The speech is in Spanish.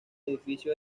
edificio